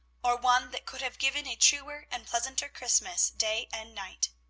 or one that could have given a truer and pleasanter christmas day and night.